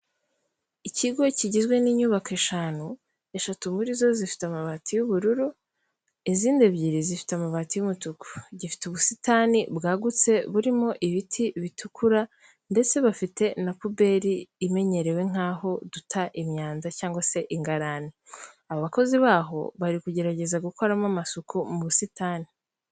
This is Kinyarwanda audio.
Ikigo kigizwe n'inyubako eshanu, eshatu muri zo zifite amabati y'ubururu, izindi ebyiri zifite amabati y'umutuku. Gifite ubusitani bwagutse burimo ibiti bitukura, ndetse bafite na puberi imenyerewe nk'aho duta imyanda cyangwa se ingarani. Abakozi baho bari kugerageza gukoramo amasuku mu busitani.